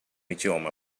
idioma